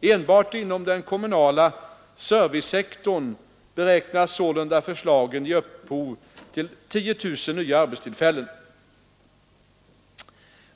Enbart inom den kommunala servicesektorn beräknas sålunda förslagen ge upphov till 10 000 nya arbetstillfällen.